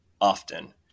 often